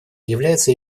является